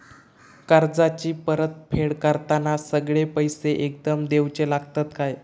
कर्जाची परत फेड करताना सगळे पैसे एकदम देवचे लागतत काय?